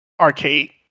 arcade